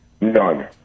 none